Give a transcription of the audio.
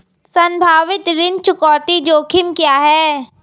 संभावित ऋण चुकौती जोखिम क्या हैं?